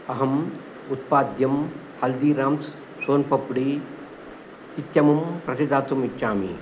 अहम् उत्पाद्यं हल्दिराम्स् सोन् पापुडी इत्यमुं प्रतिदातुम् इच्छामि